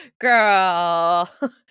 Girl